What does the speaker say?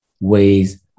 ways